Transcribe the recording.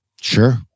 Sure